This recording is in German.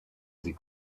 sie